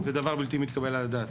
וזה דבר בלתי מתקבל על הדעת.